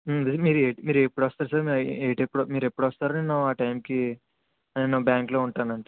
మీరు మీరు ఎప్పుడు వస్తారు సార్ ఏ టై మీరు ఎప్పుడు వస్తారు నేను ఆ టైంకి నేను బ్యాంకులో ఉంటానండి